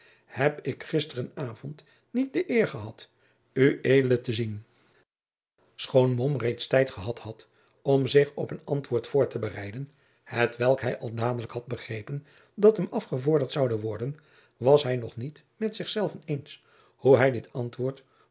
heb ik gisteren avond niet de eer gehad ued te zien schoon mom reeds tijd gehad had om zich op een antwoord voor te bereiden hetwelk hij al dadelijk had begrepen dat hem afgevorderd zoude worden was hij nog niet met zich zelven eens hoe hij dit antwoord